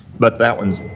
but that one's